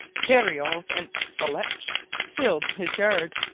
carrioles and celeches filled his yard.